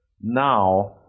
now